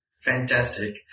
Fantastic